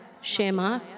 Shema